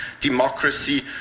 democracy